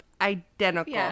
identical